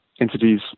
entities